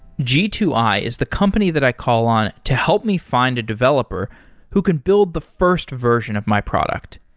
g two i is the company that i call on to help me find a developer who can build the first version of my product.